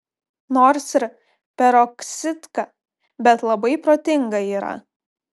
nors ir peroksidka bet labai protinga yra